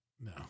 No